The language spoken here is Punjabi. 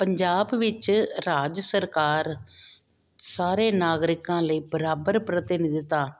ਪੰਜਾਬ ਵਿੱਚ ਰਾਜ ਸਰਕਾਰ ਸਾਰੇ ਨਾਗਰਿਕਾਂ ਲਈ ਬਰਾਬਰ ਪ੍ਰਤੀਨਿਧਤਾ